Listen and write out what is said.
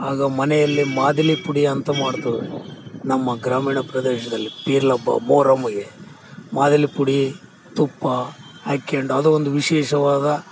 ಆಗ ಮನೆಯಲ್ಲಿ ಮಾದಿಲಿ ಪುಡಿಯಂತ ಮಾಡ್ತೇವೆ ನಮ್ಮ ಗ್ರಾಮೀಣ ಪ್ರದೇಶದಲ್ಲಿ ಪಿರ್ಲ್ ಹಬ್ಬ ಮೊಹರಮ್ಗೆ ಮಾದಿಲಿ ಪುಡಿ ತುಪ್ಪ ಹಾಕ್ಯಂಡು ಅದು ಒಂದು ವಿಶೇಷವಾದ